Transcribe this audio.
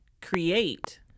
create